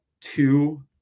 two